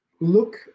look